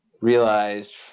realized